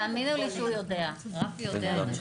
תאמינו לי שהוא יודע, רפי יודע את זה.